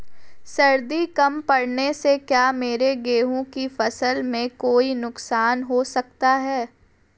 सर्दी कम पड़ने से क्या मेरे गेहूँ की फसल में कोई नुकसान हो सकता है?